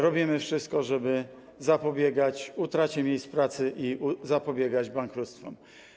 Robimy wszystko, żeby zapobiegać utracie miejsc pracy i zapobiegać bankructwom.